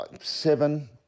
seven